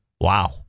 Wow